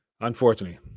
unfortunately